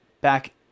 back